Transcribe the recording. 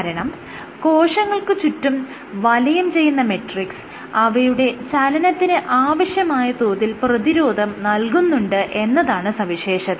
കാരണം കോശങ്ങൾക്ക് ചുറ്റും വലയം ചെയ്യുന്ന മെട്രിക്സ് അവയുടെ ചലനത്തിന് ആവശ്യമായ തോതിൽ പ്രതിരോധം നൽകുന്നുണ്ട് എന്നതാണ് സവിശേഷത